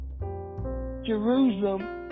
Jerusalem